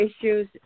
issues